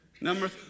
Number